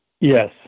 Yes